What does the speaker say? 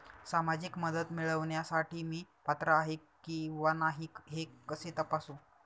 सामाजिक मदत मिळविण्यासाठी मी पात्र आहे किंवा नाही हे कसे तपासू?